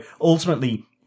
ultimately